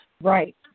Right